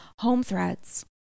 Homethreads